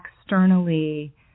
externally